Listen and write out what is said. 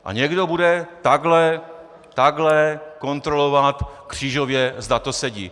A někdo bude takhle, takhle kontrolovat křížově, zda to sedí.